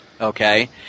Okay